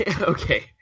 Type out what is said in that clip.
Okay